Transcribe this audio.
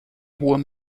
hohem